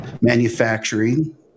manufacturing